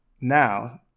Now